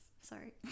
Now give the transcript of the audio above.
sorry